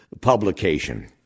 publication